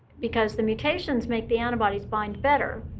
because the mutations make the antibodies bind better,